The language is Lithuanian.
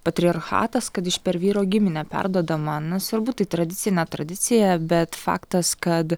patriarchatas kad iš per vyro giminę perduodama nesvarbu tai tradicija ne tradicija bet faktas kad